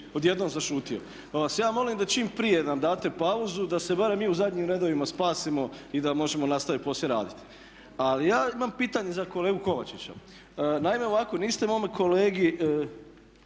odjednom zašutio. Pa vas ja molim da čim prije nam date pauzu da se barem mi u zadnjim redovima spasimo i da možemo nastaviti poslije raditi. Ali ja imam pitanje za kolegu Kovačića. Naime, ovako, niste mome kolegi